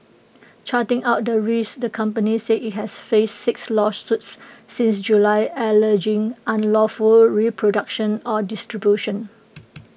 charting out the risks the company said IT had faced six lawsuits since July alleging unlawful reproduction or distribution